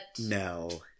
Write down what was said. No